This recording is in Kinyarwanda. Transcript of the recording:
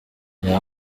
reba